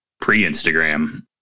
Pre-Instagram